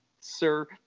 Sir